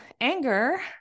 anger